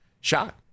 shot